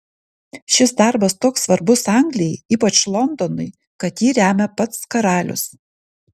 šis darbas toks svarbus anglijai ypač londonui kad jį remia pats karalius